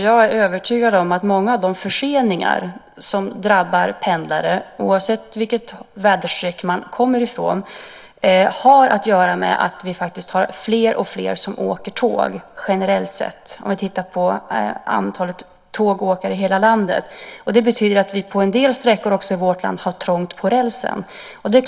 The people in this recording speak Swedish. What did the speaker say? Jag är övertygad om att många av de förseningar som drabbar pendlare, oavsett vilket väderstreck man kommer från, har att göra med att det är fler och fler som åker tåg generellt sett, om vi tittar på antalet tågåkare i hela landet. Det betyder att det på en del sträckor i vårt land är trångt på rälsen.